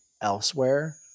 elsewhere